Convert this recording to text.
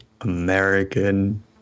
American